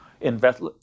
invest